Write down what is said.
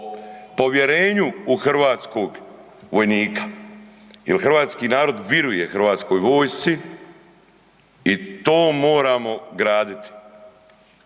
povjerenju u hrvatskog vojnika jer hrvatski narod vjeruje hrvatskoj vojsci i to moramo graditi.